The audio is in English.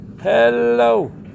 hello